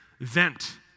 vent